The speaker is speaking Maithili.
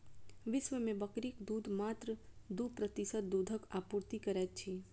विश्व मे बकरीक दूध मात्र दू प्रतिशत दूधक आपूर्ति करैत अछि